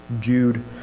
Jude